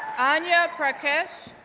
anya prakash,